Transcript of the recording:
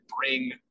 bring